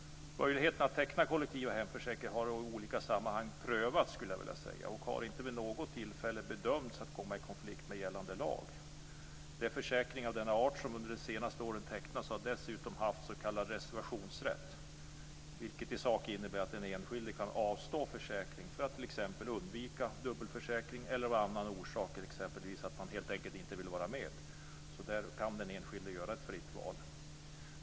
Möjligheten att teckna kollektiva hemförsäkringar har i olika sammanhang prövats och har inte vid något tillfälle bedömts att komma i konflikt med gällande lag. De försäkringar av denna art som under de senaste åren tecknats har dessutom haft s.k. reservationsrätt, vilket i sak innebär att den enskilde kan avstå från en försäkring för att t.ex. undvika dubbelförsäkring eller av annan orsak, exempelvis att man helt enkelt inte vill ha försäkringen. Där kan alltså den enskilde göra ett fritt val.